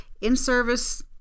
in-service